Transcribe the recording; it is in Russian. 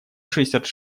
шестьдесят